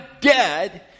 dead